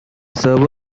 server